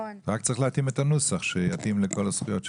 רק צריך להתאים לנוסח שיתאים לכל הזכויות שלהם.